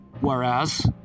whereas